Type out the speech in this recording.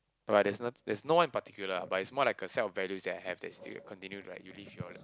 but but there's none there's no one in particular ah but it's more like a set of values that I have that is still continue to like you live your